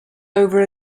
over